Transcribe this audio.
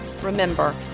remember